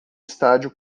estádio